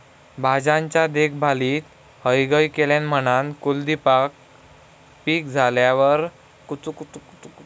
भाज्यांच्या देखभालीत हयगय केल्यान म्हणान कुलदीपका पीक झाल्यार नुकसान सहन करूचो लागलो